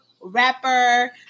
rapper